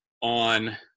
on